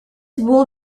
wool